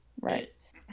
Right